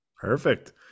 Perfect